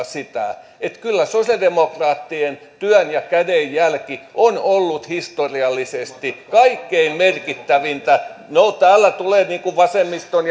sitä että kyllä sosiaalidemokraattien työn ja kädenjälki on ollut historiallisesti kaikkein merkittävintä no täällä tulee vasemmistoa